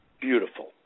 Beautiful